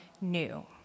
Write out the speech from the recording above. new